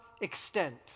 extent